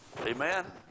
Amen